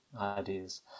ideas